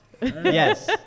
Yes